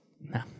No